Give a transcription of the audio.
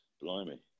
blimey